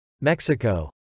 Mexico